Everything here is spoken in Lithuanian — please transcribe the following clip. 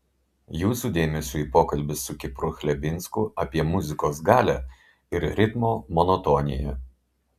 jūsų dėmesiui pokalbis su kipru chlebinsku apie muzikos galią ir ritmo monotoniją